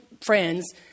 friends